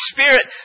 Spirit